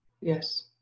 yes